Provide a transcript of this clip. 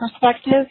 perspective